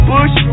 Bush